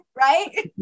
Right